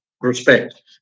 respect